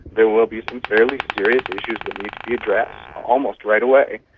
there will be some fairly serious issues that need to be addressed almost right away.